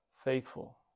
Faithful